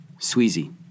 Sweezy